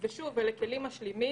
שזה שיעור הצלחה מאוד גבוה.